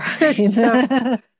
Right